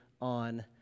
on